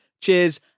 Cheers